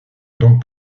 donc